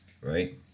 right